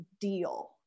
deal